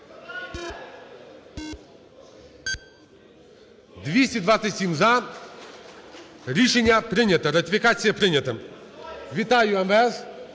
За-227 Рішення прийнято, ратифікація прийнята. Вітаю МВС.